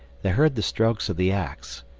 they heard the strokes of the axe,